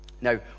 Now